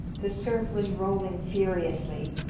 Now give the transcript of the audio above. the surf was rolling furiously.